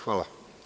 Hvala.